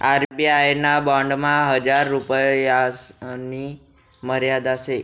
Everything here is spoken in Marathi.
आर.बी.आय ना बॉन्डमा हजार रुपयासनी मर्यादा शे